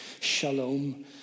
shalom